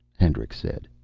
hendricks said.